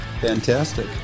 Fantastic